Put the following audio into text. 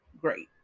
great